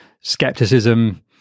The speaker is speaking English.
skepticism